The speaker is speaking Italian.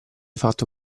fatto